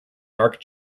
dark